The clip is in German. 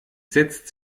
setzt